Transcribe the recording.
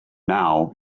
now